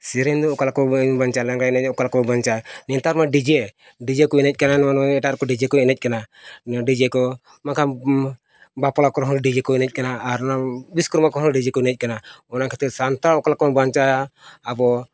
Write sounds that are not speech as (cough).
ᱥᱮᱨᱮᱧ ᱫᱚ ᱚᱠᱟᱞᱮᱠᱟ ᱠᱚ (unintelligible) ᱞᱟᱜᱽᱬᱮ ᱮᱱᱮᱡ ᱚᱠᱟᱞᱮᱠᱟ ᱠᱚ (unintelligible) ᱱᱮᱛᱟᱨ ᱢᱟ ᱠᱚ ᱮᱱᱮᱡ ᱱᱚᱜᱼᱚ ᱱᱚᱭᱼᱚᱭ ᱮᱴᱟᱜ ᱨᱮᱠᱚ ᱠᱚ ᱮᱱᱮᱡ ᱠᱟᱱᱟ ᱱᱚᱣᱟ ᱠᱚ ᱵᱟᱠᱷᱟᱱ ᱵᱟᱯᱞᱟ ᱠᱚᱨᱮ ᱦᱚᱸ ᱠᱚ ᱮᱱᱮᱡ ᱠᱟᱱᱟ ᱟᱨ ᱚᱱᱟ ᱵᱤᱥᱥᱚᱠᱚᱨᱢᱟ ᱨᱮᱦᱚᱸ ᱠᱚ ᱮᱱᱮᱡ ᱠᱟᱱᱟ ᱚᱱᱟ ᱠᱷᱟᱹᱛᱤᱨ ᱥᱟᱱᱛᱟᱲᱚᱠᱟᱞᱮᱠᱟ ᱠᱚ ᱵᱟᱧᱪᱟᱜᱼᱟ ᱟᱵᱚ